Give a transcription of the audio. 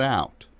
out